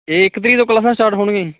ਅਤੇ ਇਕ ਤਰੀਕ ਤੋਂ ਕਲਾਸਾਂ ਸਟਾਰਟ ਹੋਣਗੀਆਂ ਜੀ